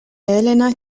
elena